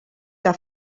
que